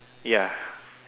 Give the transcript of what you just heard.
ya